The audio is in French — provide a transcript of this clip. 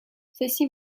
ceci